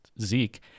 Zeke